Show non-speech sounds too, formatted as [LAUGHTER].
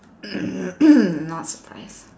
[NOISE] not surprised